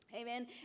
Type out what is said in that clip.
Amen